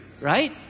right